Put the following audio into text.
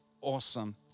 Awesome